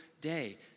day